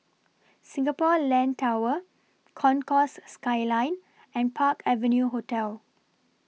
Singapore Land Tower Concourse Skyline and Park Avenue Hotel